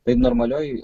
tai normalioj